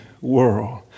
world